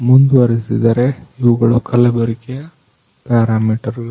ಮುಂದುವರಿಸಿದರೆ ಇವುಗಳು ಕಲಬೆರಕೆಯ parameter ಗಳು